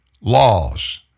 Laws